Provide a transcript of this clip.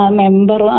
member